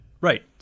Right